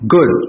Good